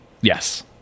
Yes